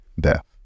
death